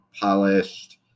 polished